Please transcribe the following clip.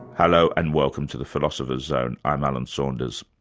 hello, and welcome to the philosopher's zone. i'm alan saunders.